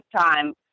time